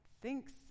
thinks